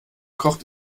kocht